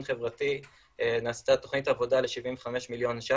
חברתי נעשתה תוכנית עבודה ל-75 מיליון ₪